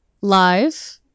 live